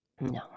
No